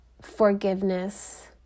forgiveness